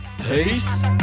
Peace